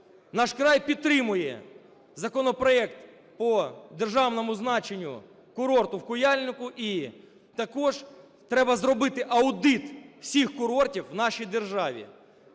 "Наш край" підтримує законопроект по державному значенню курорту в Куяльнику. І також треба зробити аудит всіх курортів в нашій державі.